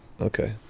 Okay